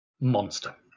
monster